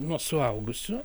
nuo suaugusių